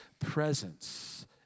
presence